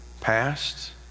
past